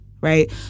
Right